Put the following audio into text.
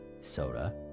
Soda